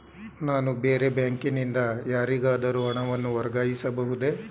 ನಾನು ಬೇರೆ ಬ್ಯಾಂಕಿನಿಂದ ಯಾರಿಗಾದರೂ ಹಣವನ್ನು ವರ್ಗಾಯಿಸಬಹುದೇ?